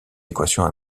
équations